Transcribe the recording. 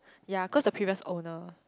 ya cause the previous owner